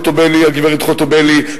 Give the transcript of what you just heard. הגברת חוטובלי,